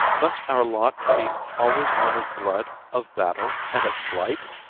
must our lot be always one of blood, of battle, and of flight?